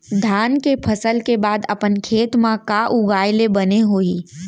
धान के फसल के बाद अपन खेत मा का उगाए ले बने होही?